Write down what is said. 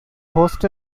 hosts